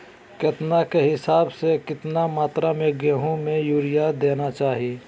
केतना के हिसाब से, कितना मात्रा में गेहूं में यूरिया देना चाही?